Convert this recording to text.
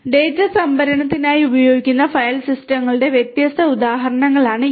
data സംഭരണത്തിനായി ഉപയോഗിക്കുന്ന file സിസ്റ്റങ്ങളുടെ വ്യത്യസ്ത ഉദാഹരണങ്ങളാണ് ഇവ